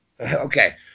Okay